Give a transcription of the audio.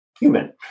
human